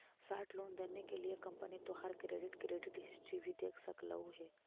short loan देने के लिए कंपनी तोहार क्रेडिट क्रेडिट हिस्ट्री भी देख सकलउ हे